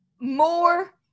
more